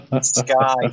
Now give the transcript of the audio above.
sky